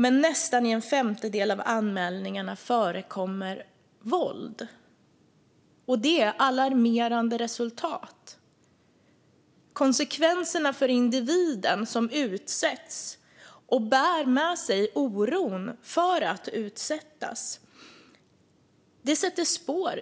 Men i nästan en femtedel av anmälningarna förekommer också våld, och det är ett alarmerande resultat. Konsekvenserna för den individ som utsätts och som bär med sig oron för att utsättas sätter fysiska spår